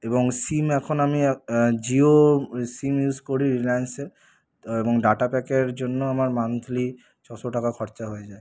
এবং সিম এখন আমি জিওর সিম ইউজ করি রিলায়েন্সের তো এবং ডাটা প্যাকের জন্য আমার মান্থলি ছশো টাকা খরচা হয়ে যায়